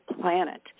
planet